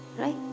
right